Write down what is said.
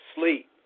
sleep